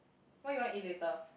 what you want eat later